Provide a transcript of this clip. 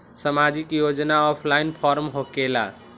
समाजिक योजना offline form होकेला?